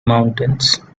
mountains